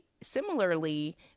similarly